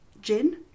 gin